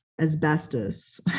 asbestos